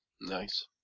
Nice